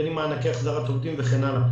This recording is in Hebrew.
בין אם מענקי החזרת עובדים וכן הלאה.